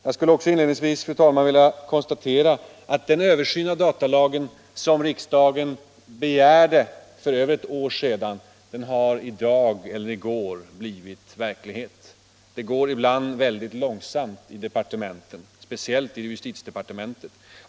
Jag skulle, fru talman, inledningsvis också vilja konstatera att den utredning för att se över datalagen som riksdagen begärde för över ett år sedan i dag celler i går blivit verklighet. Det går ibland väldigt långsamt i departementen, speciellt i justitiedepartementet.